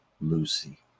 Lucy